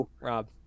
Rob